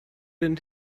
den